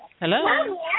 Hello